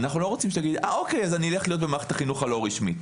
אנחנו לא רוצים שתגיד: אז אלך להיות במערכת החינוך הלא רשמית.